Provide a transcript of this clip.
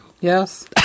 Yes